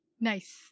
Nice